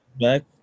back